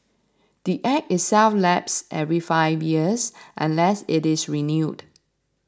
the Act itself lapses every five years unless it is renewed